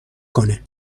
کنه